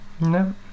No